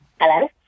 Hello